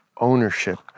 ownership